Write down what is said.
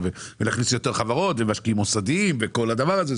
להכניס יותר חברות, משקיעים מוסדיים וכל הדבר הזה.